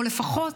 או לפחות,